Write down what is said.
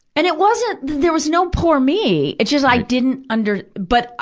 and it wasn't, there was no poor me. it's just i didn't under but,